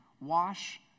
wash